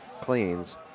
cleans